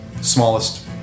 smallest